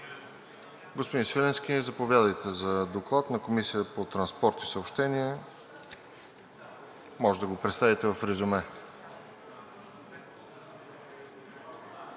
Господин Свиленски, заповядайте за Доклад на Комисията по транспорт и съобщения. Може да го представите в резюме.